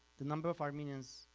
the number of armenians